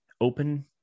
open